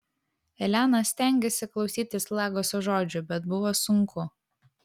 elena stengėsi klausytis lagoso žodžių bet buvo sunku